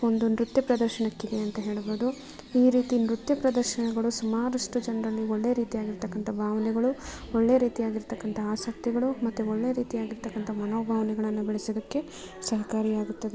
ಒಂದು ನೃತ್ಯ ಪ್ರದರ್ಶನಕ್ಕಿದೆ ಅಂತ ಹೇಳ್ಬೋದು ಈ ರೀತಿ ನೃತ್ಯ ಪ್ರದರ್ಶನಗಳು ಸುಮಾರಷ್ಟು ಜನರಲ್ಲಿ ಒಳ್ಳೆ ರೀತಿಯಾಗಿರ್ತಕ್ಕಂಥ ಭಾವನೆಗಳು ಒಳ್ಳೆ ರೀತಿಯಾಗಿರ್ತಕ್ಕಂಥ ಆಸಕ್ತಿಗಳು ಮತ್ತೆ ಒಳ್ಳೆ ರೀತಿಯಾಗಿರ್ತಕ್ಕಂಥ ಮನೋಭಾವನೆಗಳನ್ನು ಬೆಳೆಸೋದಕ್ಕೆ ಸಹಕಾರಿಯಾಗುತ್ತದೆ